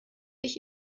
ich